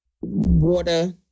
water